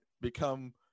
become